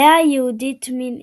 עלייה יהודית מן